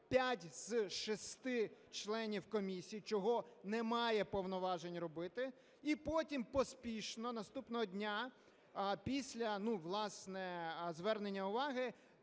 п'ять з шести членів комісії, чого не має повноважень робити. І потім поспішно наступного дня, після, власне, звернення уваги,